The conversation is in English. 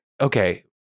okay